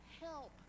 Help